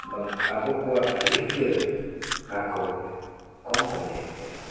ᱵᱟᱝ ᱟᱵᱚ ᱠᱚᱣᱟᱜ ᱨᱤᱠᱟᱹ ᱟᱠᱚ ᱠᱚᱢ ᱠᱚ ᱧᱮᱞ ᱠᱮᱫᱟ